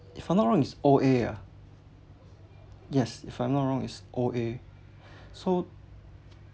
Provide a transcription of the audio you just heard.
if I'm not wrong it's O_A ah yes if I'm not wrong is O_A so